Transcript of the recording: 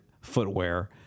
footwear